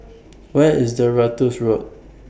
Where IS Ratus Road